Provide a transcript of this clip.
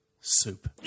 soup